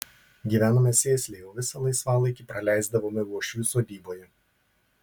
gyvenome sėsliai o visą laisvalaikį praleisdavome uošvių sodyboje